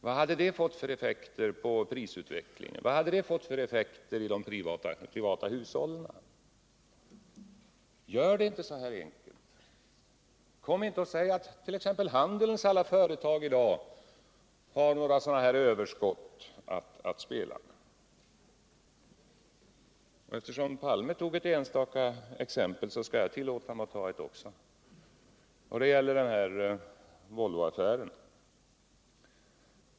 Vad hade det fått för effekter för prisutvecklingen och för hushållen? Gör det inte så här enkelt! Kom inte och säg att t.ex. handelns alla företag i dag har några överskott att spela med! Eftersom Olof Palme tog ett enstaka fall som exempel, så skall jag också tillåta mig att göra det. Det gäller Volvoaffären.